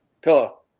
Pillow